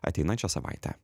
ateinančią savaitę